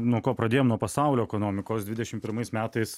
nuo ko pradėjom nuo pasaulio ekonomikos dvidešim pirmais metais